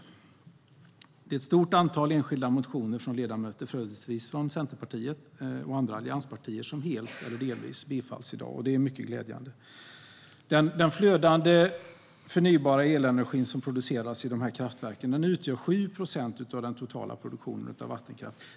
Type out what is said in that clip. Det är ett stort antal enskilda motioner från ledamöter, företrädelsevis från Centerpartiet och andra allianspartier, som helt eller delvis bifalls i dag, och det är mycket glädjande. Den flödande, förnybara elenergi som produceras i dessa kraftverk utgör 7 procent av den totala produktionen av vattenkraft.